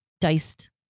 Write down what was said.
diced